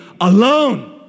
alone